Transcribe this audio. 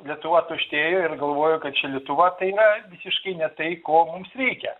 lietuva tuštėja ir galvoja kad čia lietuva yra visiškai ne tai ko mums reikia